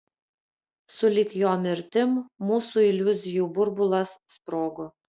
sulig jo mirtim mūsų iliuzijų burbulas sprogo